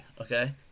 Okay